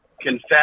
confess